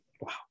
wow